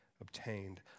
obtained